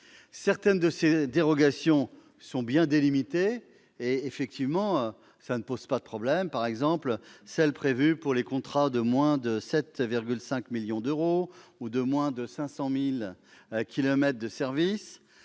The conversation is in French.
Certaines de ces dérogations sont bien délimitées et ne posent pas de problème. C'est le cas de celle qui est prévue pour les contrats de moins de 7,5 millions d'euros ou de moins de 500 000 kilomètres de service.